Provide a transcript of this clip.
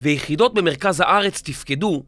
ויחידות במרכז הארץ תפקדו,